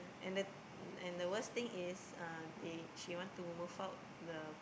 and that and the worst thing is uh they she want to move out the